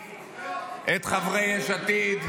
את חברי יש עתיד,